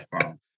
phone